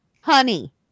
honey